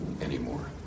anymore